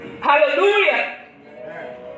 Hallelujah